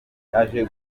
aje